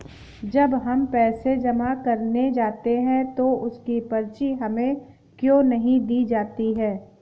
जब हम पैसे जमा करने जाते हैं तो उसकी पर्ची हमें क्यो नहीं दी जाती है?